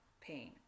pain